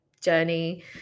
journey